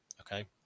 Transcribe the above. okay